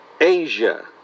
Asia